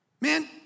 Man